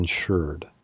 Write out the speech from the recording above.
insured